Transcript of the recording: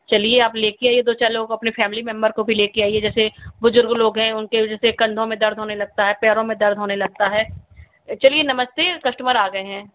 चलिए आप लेके आइए दो चार लोगों को अपने फैमिली मेम्बर को भी लेके आईए जैसे बुजुर्ग लोग हैं जैसे उनके कन्धों में दर्द होने लगता है पैरों में दर्द होने लगता है चलिए नमस्ते कस्टमर आ गए हैं